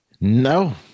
No